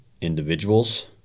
individuals